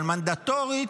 אבל מנדטורית,